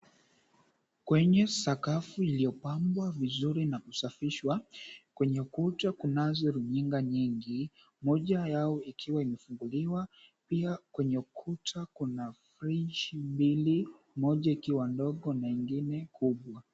Kwenye sakafu iliyopangwa vizuri na kusafishwa, kwenye ukuta kunazo runinga nyingi, moja yao ikiwa imefunguliwa. Pia kwenye ukuta kuna fridge mbili, moja ikiwa ndogo mengine kubwa.